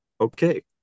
okay